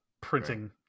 printing